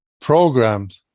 programmed